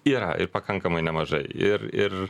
yra ir pakankamai nemažai ir ir